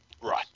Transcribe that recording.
Right